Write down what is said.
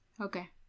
Okay